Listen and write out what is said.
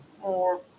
more